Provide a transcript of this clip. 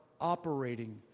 operating